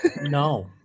No